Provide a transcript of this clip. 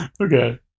Okay